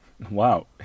Wow